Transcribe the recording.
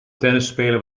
tennisspeler